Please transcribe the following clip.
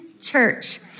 church